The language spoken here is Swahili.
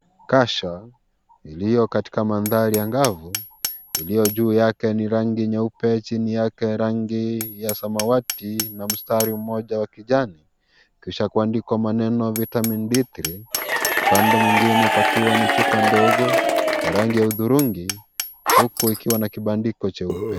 Kasha, iliyokatika madhari angavu, iliyojuu yake rangi nyeusi, chini yake rangi ya samawati, na mstari mmoja wa kijani. Kisha kuandikwa maneno, (cs)Vitamin D3(cs). Upande mwingine pakiwa ni chupa ndogo ya rangi ya udhurungi huku ikiwa na kibandiko cheupe.